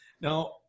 Now